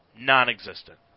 non-existent